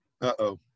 Uh-oh